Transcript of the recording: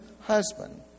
husband